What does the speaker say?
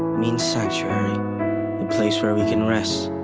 means sanctuary, the place where we can rest,